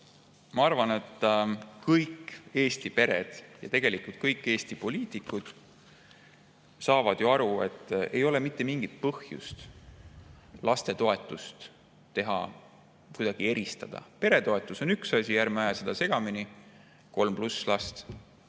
ma arvan, et kõik Eesti pered [on olulised] ja kõik Eesti poliitikud saavad ju aru, et ei ole mitte mingit põhjust lastetoetusi kuidagi eristada. Peretoetus on üks asi, ärme ajame segamini – kolm pluss last